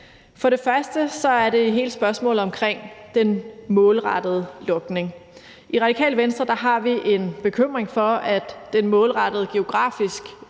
For det første er det hele spørgsmålet om den målrettede logning. I Radikale Venstre har vi en bekymring for, at den målrettede geografiske